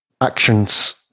actions